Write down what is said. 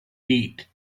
eat